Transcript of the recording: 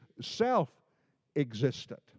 self-existent